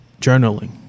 journaling